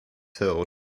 hill